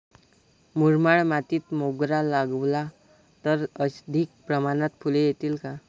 मुरमाड मातीत मोगरा लावला तर अधिक प्रमाणात फूले येतील का?